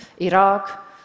Iraq